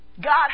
God